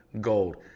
gold